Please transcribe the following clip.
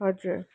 हजुर